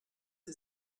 sie